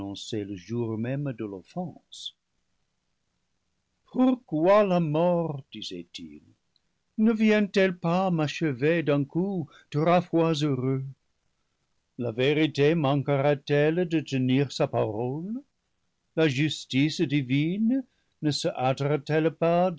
dénoncée le jour même de l'offense pourquoi la mort disait-il ne vient-elle pas m'achever d'un coup trois fois heureux la vérité manquera t elle de tenir sa parole la justice divine ne se hâtera t elle pas